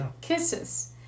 kisses